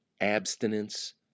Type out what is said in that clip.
abstinence